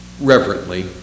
reverently